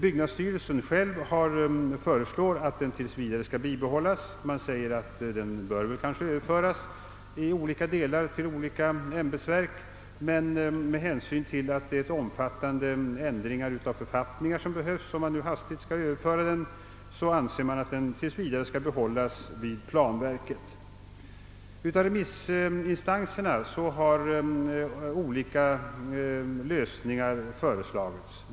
Byggnadsstyrelsen själv föreslår, att byrån tills vidare skall bibehållas. Man säger att den kanske bör överföras i olika delar till olika ämbetsverk, men med hänsyn till de omfattande ändringar av författningarna, som då behövs, anser man att den tills vidare bör behållas vid planverket. Av remissinstanserna har olika lösningar föreslagits.